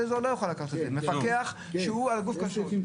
אין פה שום מעמד למוסד שהוקם על ידי הרב קוק,